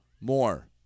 More